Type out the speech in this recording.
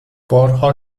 بارها